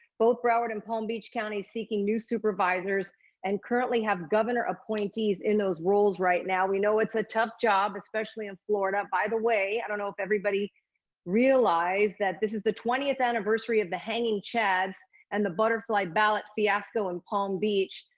both broward and palm beach counties seeking new supervisors and currently have governor appointees in those roles right now. we know it's a tough job, especially in florida. by the way, i don't know if everybody realized that this is the twentieth anniversary of the hanging chads and the butterfly ballot fiasco in palm beach.